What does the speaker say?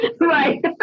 Right